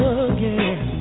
again